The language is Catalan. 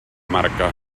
marca